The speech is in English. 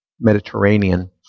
Mediterranean